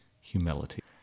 humility